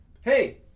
hey